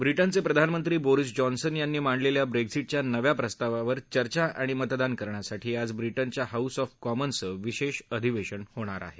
ब्रिटनचे प्रधानमंत्री Boris Johnson यांनी मांडलेल्या ब्रेक्झिटच्या नव्या प्रस्तावावर चर्चा आणि मतदान करण्यासाठी आज ब्रिटनच्या हाऊस ऑफ कॉमन्सचं विशेष अधिवेशन होणार आहे